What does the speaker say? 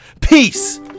Peace